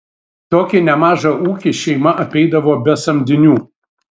tokį nemažą ūkį šeima apeidavo be samdinių